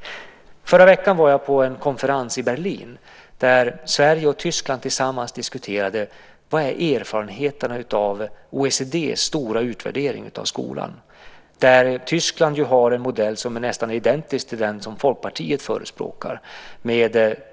I förra veckan var jag på en konferens i Berlin där Sverige och Tyskland tillsammans diskuterade erfarenheterna av OECD:s stora utvärdering av skolan. Tyskland har en modell som är nästan identisk med den som Folkpartiet förespråkar,